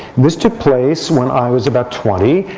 this took place when i was about twenty.